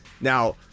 Now